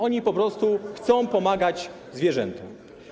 Oni po prostu chcą pomagać zwierzętom.